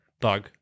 bug